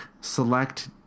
select